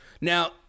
Now